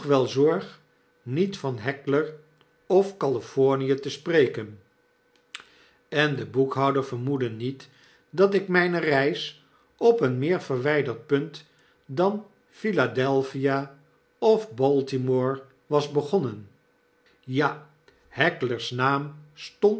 niet van heckler of california te spreken en de boekhouder vermoedde niet dat ik mpe reis op een meer verwyderd punt dan philadelphia of balti mor e was begonnen ja